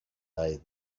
day